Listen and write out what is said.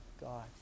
God